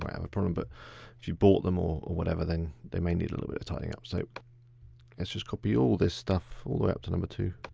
have a problem but if you bought them or or whatever then, they may need a little bit of tidying up. so let's just copy all this stuff all the way up to number two.